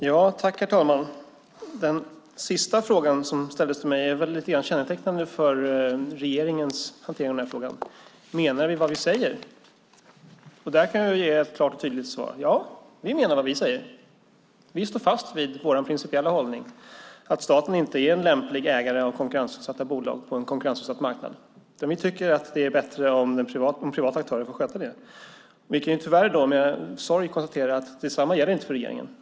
Herr talman! Den sista frågan som ställdes till mig är lite grann kännetecknande för regeringens hantering av den här frågan. Menar vi vad vi säger? Där kan jag ge ett klart och tydligt svar: Ja, vi menar vad vi säger. Vi står fast vid vår principiella hållning att staten inte är en lämplig ägare av konkurrensutsatta bolag på en konkurrensutsatt marknad. Vi tycker att det är bättre om privata aktörer får sköta det. Vi kan tyvärr i dag med sorg konstatera att detsamma inte gäller för regeringen.